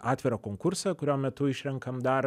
atvirą konkursą kurio metu išrenkam dar